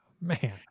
Man